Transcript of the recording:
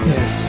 Yes